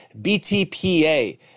BTPA